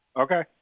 Okay